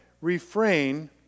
refrain